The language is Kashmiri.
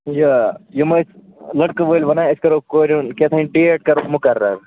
یہِ یِم ٲسۍ لٔڑکہٕ وٲلۍ وَنان أسۍ کَرو کورِ ہُنٛد کیٚنٛہہ تام ڈیٹ کَرو مُقَرَر